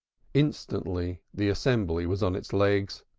instantly the assembly was on its legs,